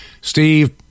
Steve